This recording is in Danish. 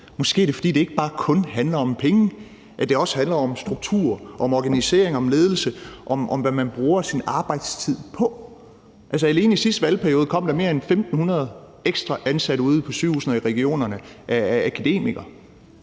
Måske er det, fordi det ikke bare kun handler om penge, men også handler om struktur, om organisering, om ledelse og om, hvad man bruger sin arbejdstid på. Alene i sidste valgperiode kom der mere end 1.500 ekstra ansatte ude på sygehusene og i regionerne, akademikere